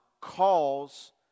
calls